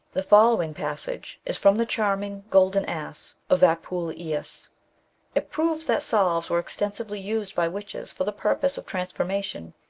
the following passage is from the charming golden ass of apuleius it proves that salves were extensively used by witches for the purpose of transformation,